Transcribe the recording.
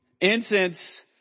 Incense